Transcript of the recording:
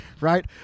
right